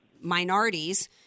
minorities